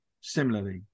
similarly